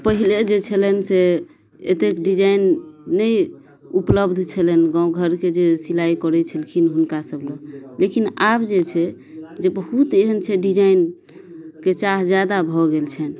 पहिले जे छलनि से एतेक डिजाइन नहि उपलब्ध छलनि गाँव घरके जे सिलाइ करै छलखिन हुनका सब लग लेकिन आब जे छै जे बहुत एहन छै डिजाइनके चाह जादा भऽ गेल छनि